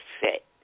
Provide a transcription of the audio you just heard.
fit